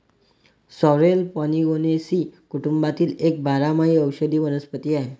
sorrel Polygonaceae कुटुंबातील एक बारमाही औषधी वनस्पती आहे